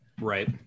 Right